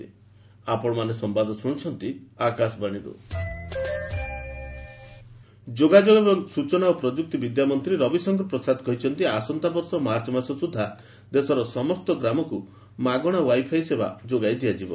ପ୍ରସାଦ wifi ଯୋଗାଯୋଗ ଏବଂ ସ୍ୱଚନା ଓ ପ୍ରଯୁକ୍ତି ବିଦ୍ୟା ମନ୍ତ୍ରୀ ରବିଶଙ୍କର ପ୍ରସାଦ କହିଛନ୍ତି ଆସନ୍ତାବର୍ଷ ମାର୍ଚ୍ଚ ମାସ ସୁଦ୍ଧା ଦେଶର ସମସ୍ତ ଗ୍ରାମକୁ ମାଗଣା ୱାଇଫାଇ ସେବା ଯୋଗାଇ ଦିଆଯିବ